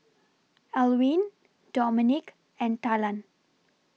Alwine Dominic and Talan